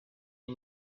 you